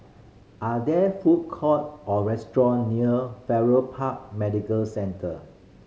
are there food courts or restaurants near Farrer Park Medical Centre